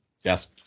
Yes